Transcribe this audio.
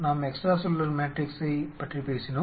நாம் extra cellular மேட்ரிக்ஸைப் பற்றி பேசினோம்